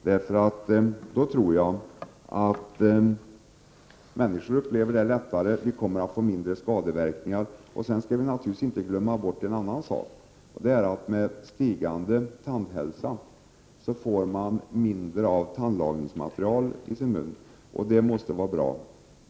Då tror jag nämligen att människor upplever det som lättare och att vi kommer att få se mindre skadeverkningar. Sedan skall man naturligtvis inte glömma bort en annan sak: med stigande tandhälsa får man mindre av tandlagningsmaterial i sin mun, och det måste vara bra.